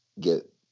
get